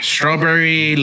Strawberry